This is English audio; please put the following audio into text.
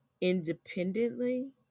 independently